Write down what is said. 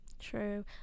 True